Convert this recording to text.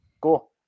Cool